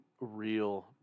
real